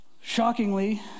shockingly